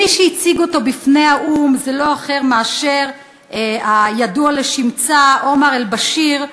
מי שהציג אותו בפני האו"ם הוא לא אחר מהידוע לשמצה עומר אל-באשיר,